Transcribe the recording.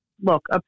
look